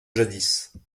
jadis